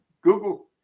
Google